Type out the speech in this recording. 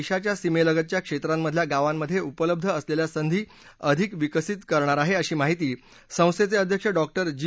देशाच्या सीमेलगतच्या क्षेत्रांमधल्या गावांमध्ये उपलब्ध असलेल्या संधी अधिक विकसित विकास करणार आहे अशी माहिती संस्थेचे अध्यक्ष डॉक्टर जी